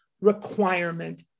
requirement